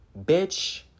Bitch